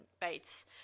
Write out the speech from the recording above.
Bates